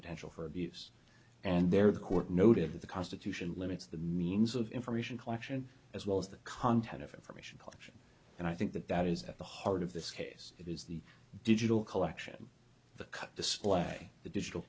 potential for abuse and there the court noted that the constitution limits the means of information collection as well as the content of information and i think that that is at the heart of this case it is the digital collection the display the digital